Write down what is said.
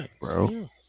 bro